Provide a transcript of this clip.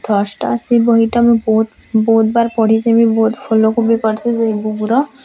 ଥଟ୍ସ୍ଟା ସେ ବହିଟା ମୁଇଁ ବହୁତ୍ ବହୁତ୍ ବାର୍ ପଢ଼ିଚେଁ ବି ବହୁତ୍ ଫଲୋ କୁ ବି କର୍ସିଁ ସେ ବୁକ୍ର